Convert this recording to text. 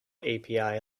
api